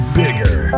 bigger